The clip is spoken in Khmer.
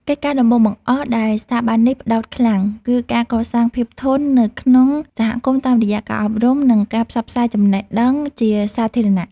កិច្ចការដំបូងបង្អស់ដែលស្ថាប័ននេះផ្ដោតខ្លាំង គឺការកសាងភាពធន់នៅក្នុងសហគមន៍តាមរយៈការអប់រំ និងការផ្សព្វផ្សាយចំណេះដឹងជាសាធារណៈ។